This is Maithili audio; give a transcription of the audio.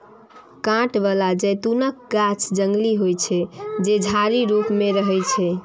कांट बला जैतूनक गाछ जंगली होइ छै, जे झाड़ी रूप मे रहै छै